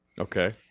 Okay